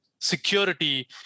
security